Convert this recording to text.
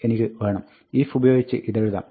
if ഉപയോഗിച്ച് ഇതെഴുതാം